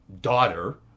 daughter